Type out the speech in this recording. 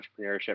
entrepreneurship